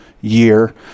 year